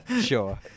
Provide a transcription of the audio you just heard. sure